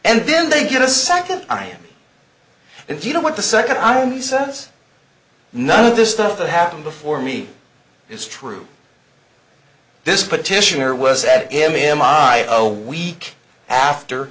and then they get a second time if you know what the second i only sense none of this stuff that happened before me is true this petitioner was that him am i a week after